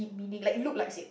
it meaning like look like sick